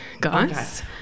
guys